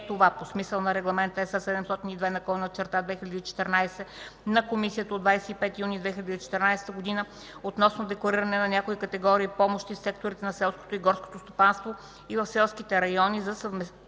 това по смисъла на Регламент (ЕС) № 702/2014 на Комисията от 25 юни 2014 г. относно деклариране на някои категории помощи в секторите на селското и горското стопанство и в селските райони за съвместими